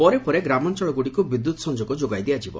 ପରେ ପରେ ଗ୍ରାମାଞଳଗୁଡିକୁ ବିଦ୍ୟୁତ ସଂଯୋଗ ଯୋଗାଇ ଦିଆଯିବ